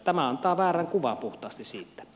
tämä antaa väärän kuvan puhtaasti siitä